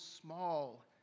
small